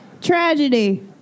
Tragedy